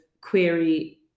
query